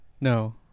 No